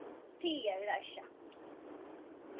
ठीक ऐ फिर अच्छा